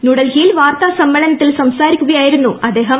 ന്യൂഡൽഹിയിൽ വാർത്താ സമ്മേളനത്തിൽ സംസാരിക്കുകയായിരുന്നു അദ്ദേഹം